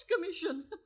Commission